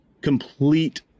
complete